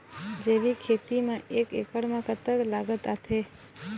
जैविक खेती म एक एकड़ म कतक लागत आथे?